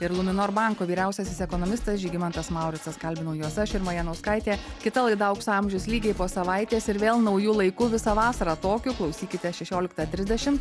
ir luminor banko vyriausiasis ekonomistas žygimantas mauricas kalbinau juos aš irma janauskaitė kita laida aukso amžius lygiai po savaitės ir vėl nauju laiku visą vasarą tokiu klausykite šešioliktą trisdešim